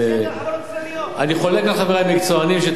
אני חולק על חברי המקצוענים שטוענים,